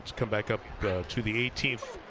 come back up to the eighteenth